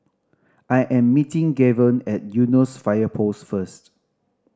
I am meeting Gaven at Eunos Fire Post first